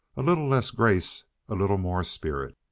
a little less grace a little more spirit.